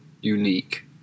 unique